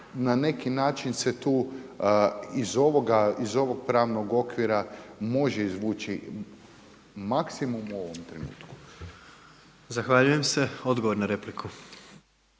na neki način se tu iz ovog pravnog okvira može izvući maksimum u ovom trenutku. **Jandroković,